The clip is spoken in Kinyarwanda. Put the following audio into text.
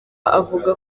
avuga